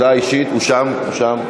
הודעה אישית, משם.